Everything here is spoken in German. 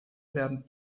werden